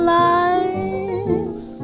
life